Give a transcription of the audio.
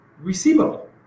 receivable